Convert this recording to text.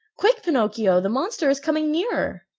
quick, pinocchio, the monster is coming nearer!